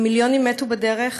ומיליונים מתו בדרך.